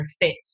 fit